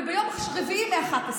וביום רביעי מ-11:00.